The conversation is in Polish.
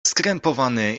skrępowany